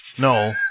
No